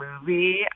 movie